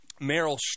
Meryl